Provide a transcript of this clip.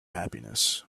happiness